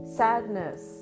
sadness